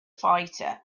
fighter